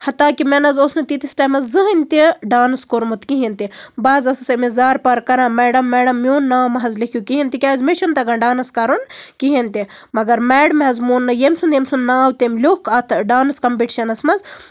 حتا کہِ مےٚ نَہ حظ اوس نہٕ تیٖتِس ٹایمَس زٔہنۍ تہِ ڈانٔس کوٚرمُت کِہینۍ تہِ بہٕ حظ ٲسٕس أمِس زارپار کران میڈَم میڈَم میون ناو مہ حظ لیٖکھِو کِہینۍ تِکیازِ مےٚ چھُنہٕ تَگان ڈانٔس کرُن کِہینۍ تہِ مَگر میڈمہ حظ مون نہٕ ییٚمہِ سُند ییٚمہِ سُند ناو تٔمۍ لیوٗکھ اَتھ ڈانٔس کَمپِٹشنَس منٛز